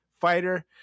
fighter